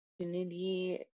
opportunity